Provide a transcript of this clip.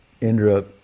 Indra